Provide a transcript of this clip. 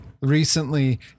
recently